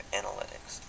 analytics